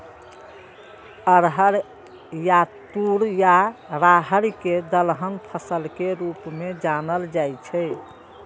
अरहर या तूर या राहरि कें दलहन फसल के रूप मे जानल जाइ छै